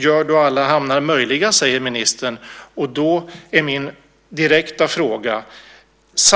Gör då alla hamnar möjliga, säger ministern. Då har jag en direkt fråga.